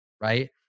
right